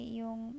yung